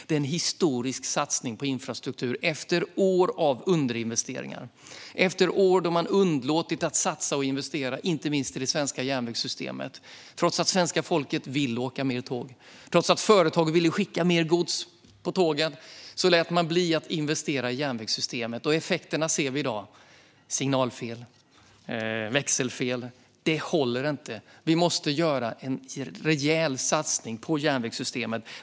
Det är en historisk satsning på infrastruktur, efter år av underinvesteringar och år då man har underlåtit att satsa på och investera i det svenska järnvägssystemet. Trots att svenska folket vill åka mer tåg och trots att företag vill skicka mer gods på tågen lät man bli att investera i järnvägssystemet, och effekterna ser vi i dag: signalfel och växelfel. Det håller inte. Vi måste göra en rejäl satsning på järnvägssystemet.